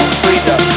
freedom